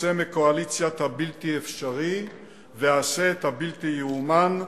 צא מקואליציית הבלתי-אפשרי ועשה את הבלתי-ייאמן.